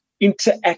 interact